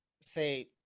say